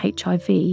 HIV